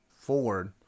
forward